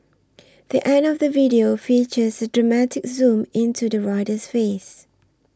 the end of the video features a dramatic zoom into the rider's face